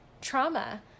trauma